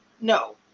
no